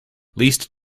least